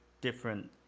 different